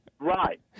Right